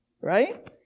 Right